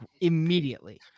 immediately